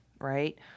right